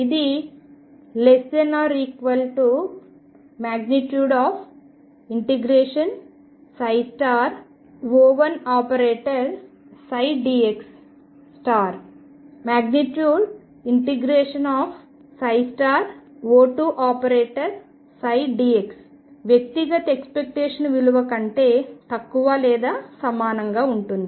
ఇది ∫O1ψdx ∫O2ψdx వ్యక్తిగత ఎక్స్పెక్టేషన్ విలువల కంటే తక్కువ లేదా సమానంగా ఉంటుంది